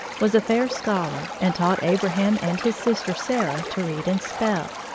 was a fair scholar and taught abraham and his sister, sarah, to read and spell.